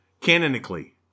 Canonically